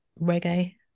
reggae